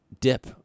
dip